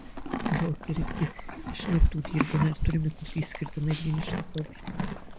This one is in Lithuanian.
daug ir iki išnaktų dirbame ar turime kokį išskirtinai vienišą hobį